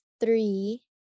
three